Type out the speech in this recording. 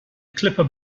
clipper